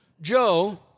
Joe